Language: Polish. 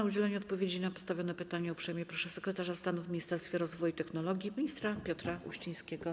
O udzielenie odpowiedzi na postawione pytania uprzejmie proszę sekretarza stanu w Ministerstwie Rozwoju i Technologii pana ministra Piotra Uścińskiego.